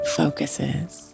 focuses